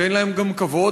ואין להם גם כבוד,